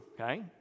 okay